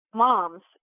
moms